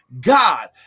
God